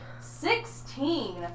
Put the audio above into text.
Sixteen